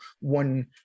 one